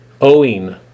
owing